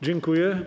Dziękuję.